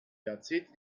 jahrzehnte